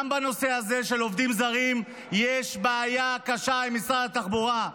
גם בנושא הזה של עובדים זרים יש בעיה קשה עם משרד התחבורה.